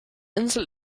insel